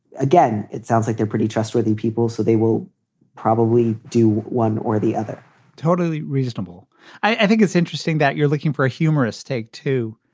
again, it sounds like they're pretty trustworthy people, so they will probably do one or the other totally reasonable i think it's interesting that you're looking for a humorous take, too,